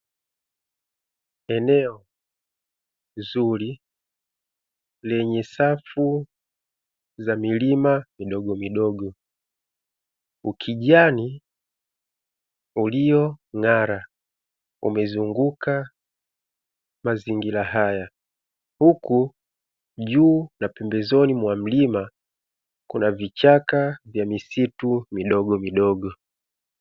Eneo zuri lenye safu za milima midogomidogo ukijani ulio ng'araa umezunguka mazingira haya, huku kuna msitu wenye vichaka vidogovidogo.